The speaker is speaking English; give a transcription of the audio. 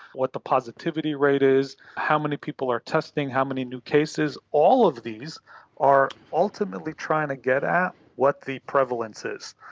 what the positivity rate is, how many people are testing, how many new cases, all of these are ultimately trying to get at what the prevalence is.